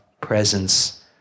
presence